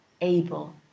able